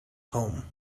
home